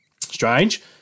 strange